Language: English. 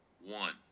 one